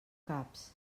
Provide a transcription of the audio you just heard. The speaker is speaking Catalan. caps